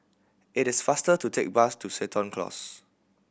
it is faster to take bus to Seton Close